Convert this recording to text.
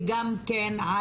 וגם כן,